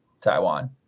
Taiwan